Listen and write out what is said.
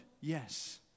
Yes